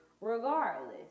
regardless